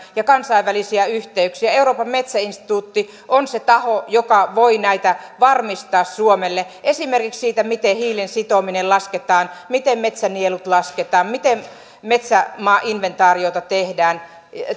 ja kansainvälisiä yhteyksiä yhä enemmän euroopan metsäinstituutti on se taho joka voi näitä varmistaa suomelle esimerkiksi siitä miten hiilen sitominen lasketaan miten metsänielut lasketaan miten metsämaainventaariota tehdään